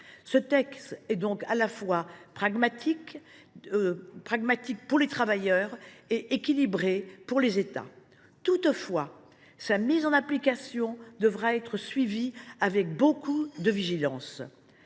Ce texte est donc à la fois pragmatique pour les travailleurs et équilibré pour les États. Sa mise en application devra toutefois être suivie avec beaucoup de vigilance.